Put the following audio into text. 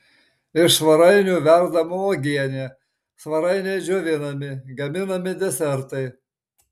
iš svarainių verdama uogienė svarainiai džiovinami gaminami desertai